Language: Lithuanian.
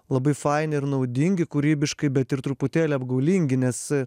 labai faini ir naudingi kūrybiškai bet ir truputėlį apgaulingi nes